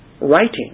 Writing